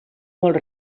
molt